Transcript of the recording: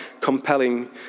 compelling